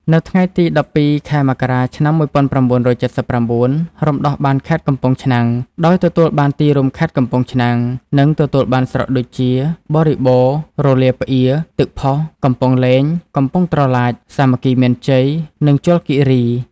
នៅថ្ងៃទី ១២ ខែមករា ឆ្នាំ ១៩៧៩ រំដោះបានខេត្តកំពង់ឆ្នាំង ដោយទទួលបានទីរួមខេត្ត កំពង់ឆ្នាំង និងទទួលបានស្រុកដូចជា បរិបូរណ៍ រលាប្អៀរ ទឹកផុស កំពង់លែង កំពង់ត្រឡាច សាមគ្គីមានជ័យ និងជលគីរី។